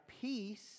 peace